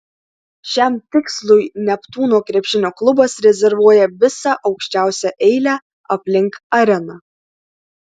šiam tikslui neptūno krepšinio klubas rezervuoja visą aukščiausią eilę aplink areną